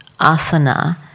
asana